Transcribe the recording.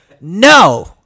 No